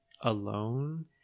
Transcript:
alone